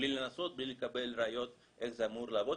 בלי לנסות, בלי לקבל ראיות איך זה אמור לעבוד.